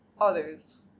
others